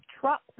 truck